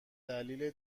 دلیل